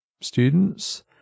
students